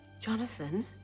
Jonathan